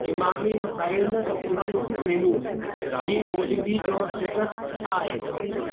Emami refined सूरजमुखी तेल जी मौजूदगीअ जो स्टेटस छा आहे